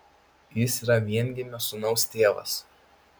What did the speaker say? jis yra viengimio sūnaus tėvas